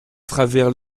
travers